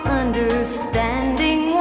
understanding